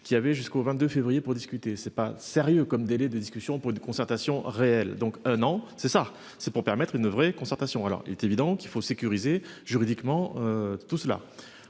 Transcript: qui avait jusqu'au 22 février pour discuter c'est pas sérieux comme délai de discussions pour une concertation réelle donc non c'est ça c'est pour permettre une vraie concertation. Alors il est évident qu'il faut sécuriser juridiquement. Tout cela